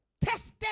tested